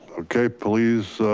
okay, please,